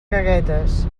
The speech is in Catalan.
caguetes